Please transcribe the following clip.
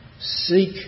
seek